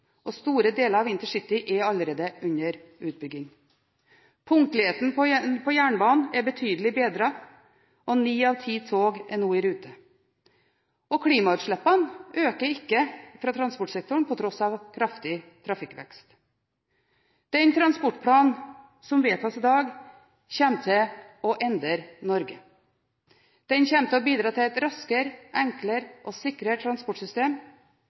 bygging. Store deler av InterCity er allerede under utbygging. Punktligheten på jernbanen er betydelig bedret. Ni av ti tog er nå i rute. Klimautslippene fra transportsektoren øker ikke, på tross av kraftig trafikkvekst. Den transportplanen som vedtas i dag, kommer til å endre Norge. Den kommer til å bidra til et raskere, enklere og sikrere transportsystem,